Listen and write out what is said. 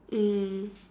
mm